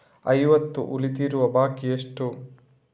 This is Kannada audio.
ಇವತ್ತು ಉಳಿದಿರುವ ಬಾಕಿ ಎಷ್ಟು?